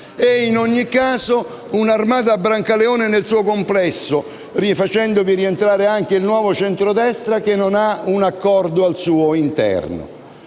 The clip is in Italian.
In ogni caso, un'armata Brancaleone nel suo complesso, rifacendovi rientrare anche il Nuovo Centrodestra che non ha un accordo al suo interno.